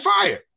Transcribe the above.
fired